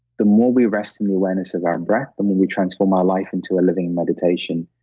the more we rest in the awareness of our breath, the more we transform our life into a living meditation.